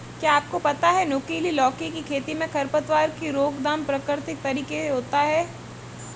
क्या आपको पता है नुकीली लौकी की खेती में खरपतवार की रोकथाम प्रकृतिक तरीके होता है?